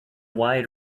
wide